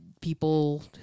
people